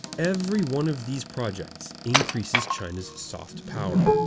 every one of these projects increases china's soft power,